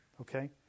Okay